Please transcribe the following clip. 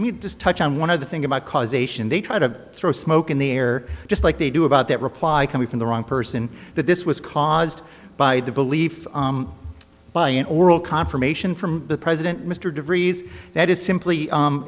to touch on one of the thing about causation they try to throw smoke in the air just like they do about that reply coming from the wrong person that this was caused by the belief by an oral confirmation from the president mr de vries that is simply